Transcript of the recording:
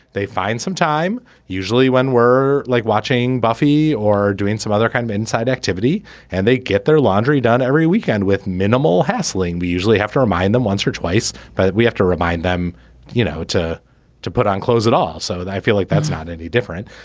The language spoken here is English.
they find some time. usually when we're like watching buffy or doing some other kind of inside activity and they get their laundry done every weekend with minimal hassling we usually have to remind them once or twice but we have to remind them you know to to put on clothes at all so i feel like that's not any different.